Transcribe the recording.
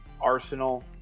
arsenal